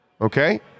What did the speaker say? okay